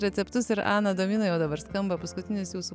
receptus ir ana domina jau dabar skamba paskutinis jūsų